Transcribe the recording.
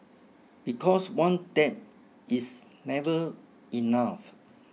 because one dab is never enough